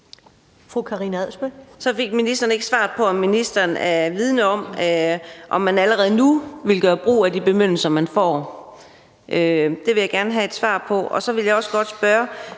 Så fik ministeren ikke svaret på, om ministeren er vidende om, at man allerede nu vil gøre brug af de bemyndigelser, man får. Det vil jeg gerne have et svar på. Jeg har et spørgsmål